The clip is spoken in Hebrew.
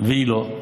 והיא לא,